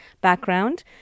background